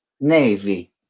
Navy